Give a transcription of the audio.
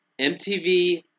MTV